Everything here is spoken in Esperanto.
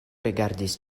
rigardis